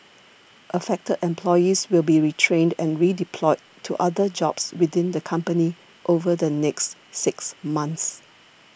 affected employees will be retrained and redeployed to other jobs within the company over the next six months